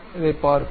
இதைப் பார்ப்போம்